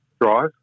drive